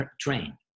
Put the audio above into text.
train